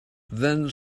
then